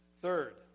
Third